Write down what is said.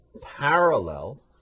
parallel